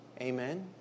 Amen